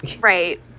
Right